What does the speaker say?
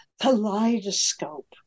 kaleidoscope